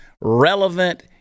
relevant